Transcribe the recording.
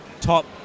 top